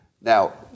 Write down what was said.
Now